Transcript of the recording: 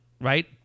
right